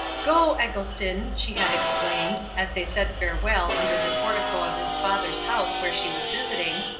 go, eggleston! she had exclaimed, as they said farewell under the portico of his father's house where she was visiting,